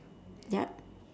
ya